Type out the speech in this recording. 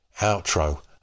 outro